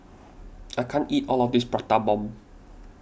I can't eat all of this Prata Bomb